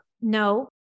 no